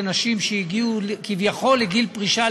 שהיה שולח הודעות לנשים שהגיעו כביכול לגיל פרישה,